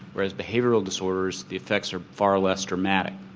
whereas behavioural disorders, the effects are far less dramatic.